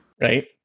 Right